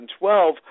2012